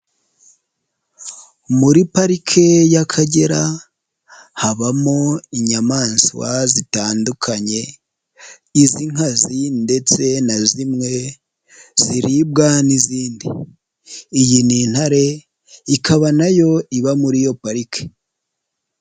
Muri Pariki y'Akagera habamo inyamaswa zitandukanye, iz'inkazi ndetse na zimwe ziribwa n'izindi, iyi ni intare ikaba na yo iba muri iyo pariki.